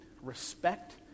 Respect